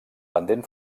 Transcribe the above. pendent